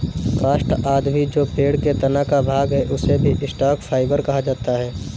काष्ठ आदि भी जो पेड़ के तना का भाग है, उसे भी स्टॉक फाइवर कहा जाता है